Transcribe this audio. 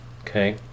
Okay